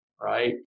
right